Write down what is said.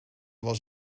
was